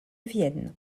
vienne